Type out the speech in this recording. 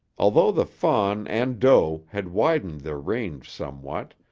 although the fawn and doe had widened their range somewhat,